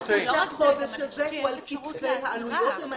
אל תשכחו שהחודש הזה הוא על כתפי העלויות --- על